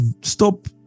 stop